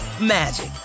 magic